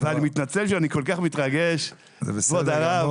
אני מתנצל שאני כל כך מתרגש, כבוד הרב.